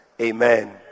Amen